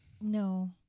No